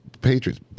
Patriots